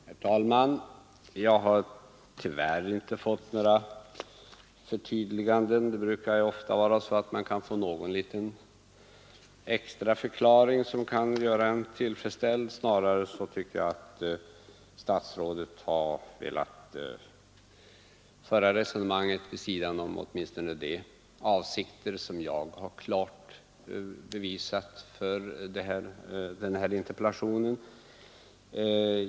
Herr talman! Jag har tyvärr inte fått några förtydliganden av statsrådet. Det brukar vara så att man i debatten får någon liten extra förklaring som kan göra en tillfredsställd. Snarare tycker jag nu att statsrådet har velat föra resonemanget vid sidan om åtminstone de avsikter med den här interpellationen som jag klart redovisat.